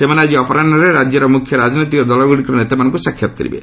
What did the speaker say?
ସେମାନେ ଆଜି ଅପରାହୁରେ ରାଜ୍ୟର ମୁଖ୍ୟ ରାଜନୈତିକ ଦଳଗୁଡ଼ିକର ନେତାମାନଙ୍କୁ ସାକ୍ଷାତ୍ କରିବେ